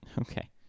Okay